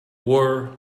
war